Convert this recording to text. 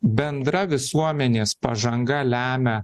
bendra visuomenės pažanga lemia